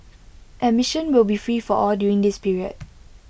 admission will be free for all during this period